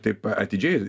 taip atidžiai